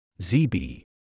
ZB